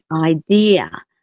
idea